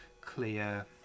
clear